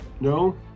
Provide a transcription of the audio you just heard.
No